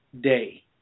day